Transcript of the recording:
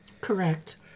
Correct